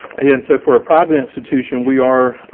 yeah and so for a private institution we are.